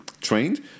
trained